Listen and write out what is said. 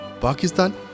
Pakistan